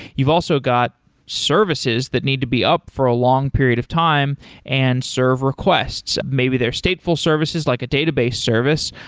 you've also got services that need to be up for a long period of time and serve requests. maybe they are stateful services like a database service,